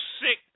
sick